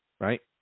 right